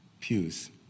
pews